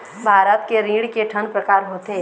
भारत के ऋण के ठन प्रकार होथे?